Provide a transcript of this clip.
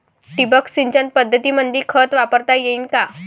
ठिबक सिंचन पद्धतीमंदी खत वापरता येईन का?